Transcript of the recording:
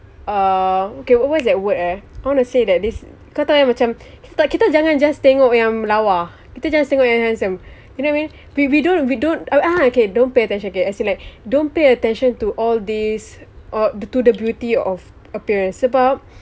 uh okay what's that word eh I want to say that this kau tahu kan macam kita kita jangan just tengok yang lawa kita just tengok yang handsome you know what I mean we we don't we don't err okay don't pay attention okay as in like don't pay attention to all these or to the beauty of appearance sebab